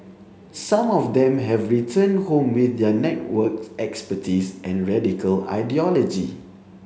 some of them have returned home with their network expertise and radical ideology